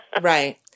Right